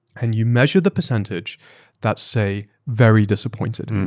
and you measure the percentage that say very disappointed.